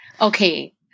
okay